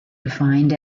defined